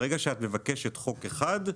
ברגע שאת מבקשת חוק אחד,